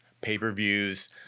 pay-per-views